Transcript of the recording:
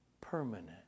permanent